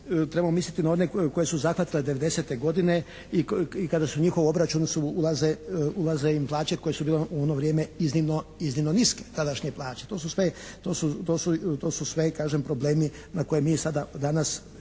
trebamo misliti na one koje su zahvatile 90.-te godine i kada u njihov obračun ulaze im plaće koje su im u ono vrijeme iznimno niske tadašnje plaće. To su sve kažem problemi na koje mi danas